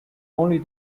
only